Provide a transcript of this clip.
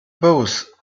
both